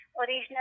originally